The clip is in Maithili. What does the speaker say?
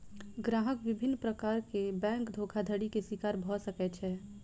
ग्राहक विभिन्न प्रकार के बैंक धोखाधड़ी के शिकार भअ सकै छै